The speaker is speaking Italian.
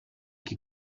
chi